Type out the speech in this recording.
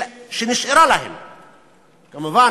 שנשארה להם כמובן,